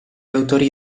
autori